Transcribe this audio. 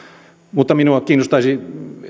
mutta minua kiinnostaisi